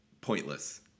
pointless